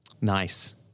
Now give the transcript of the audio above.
Nice